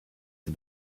for